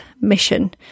mission